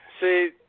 See